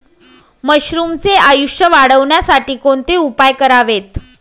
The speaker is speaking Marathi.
मशरुमचे आयुष्य वाढवण्यासाठी कोणते उपाय करावेत?